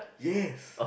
yes